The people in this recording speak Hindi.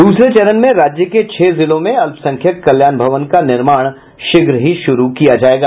दूसरे चरण में राज्य के छह जिलों में अल्पसंख्यक कल्याण भवन का निर्माण शीघ्र ही शुरू किया जायेगा